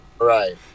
right